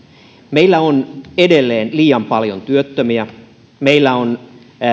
meillä on edelleen liian paljon työttömiä meillä on